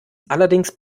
allerdings